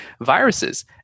viruses